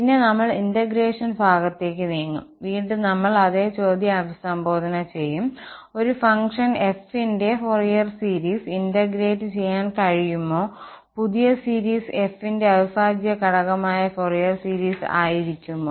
പിന്നെ നമ്മൾ ഇന്റഗ്രേഷൻ ഭാഗത്തേക്ക് നീങ്ങും വീണ്ടും നമ്മൾ അതേ ചോദ്യം അഭിസംബോധന ചെയ്യും ഒരു ഫംഗ്ഷൻ f ന്റെ ഫൊറിയർ സീരീസ് ഇന്റഗ്രേറ്റ് ചെയ്യാൻ കഴിയുമോ പുതിയ സീരീസ് f ന്റെ അവിഭാജ്യ ഘടകമായ ഫൊറിയർ സീരീസ് ആയിരിക്കുമോ